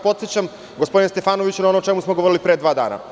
Podsećam vas, gospodine Stefanoviću, na ono o čemu smo govorili pre dva dana.